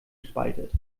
spaltet